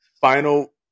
final